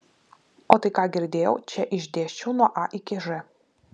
o tai ką girdėjau čia išdėsčiau nuo a iki ž